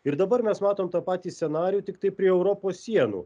ir dabar mes matom tą patį scenarijų tiktai prie europos sienų